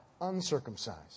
uncircumcised